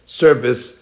service